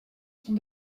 sont